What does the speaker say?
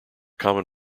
common